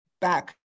back